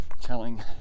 telling